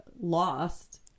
lost